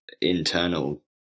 internal